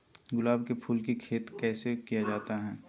गुलाब के फूल की खेत कैसे किया जाता है?